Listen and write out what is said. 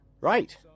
Right